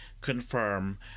confirm